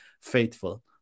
faithful